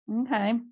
Okay